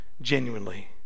genuinely